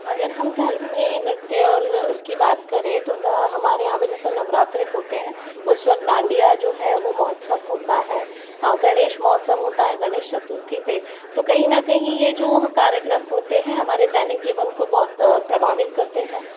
अगर हम धर्म में नृत्य और उसकी बात करें तो हमारे यहाँ पे जैसे नवरात्रि होते हैं उस वक्त दांडिया जो है वो महोत्सव होता है गणेश महोत्सव होता है गणेश चतुर्थी पे तो कहीं ना कहीं ये जो कार्यक्रम होते हैं हमारे दैनिक जीवन को बहुत प्रभावित करते हैं